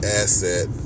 asset